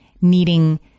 needing